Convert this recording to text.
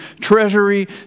treasury